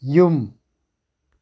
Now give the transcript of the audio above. ꯌꯨꯝ